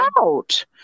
out